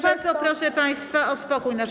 Bardzo proszę państwa o spokój na sali.